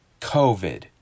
COVID